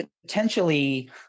potentially